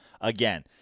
Again